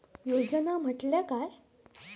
योजना म्हटल्या काय?